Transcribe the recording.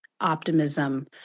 optimism